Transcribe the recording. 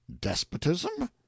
despotism